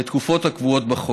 לתקופות הקבועות בחוק.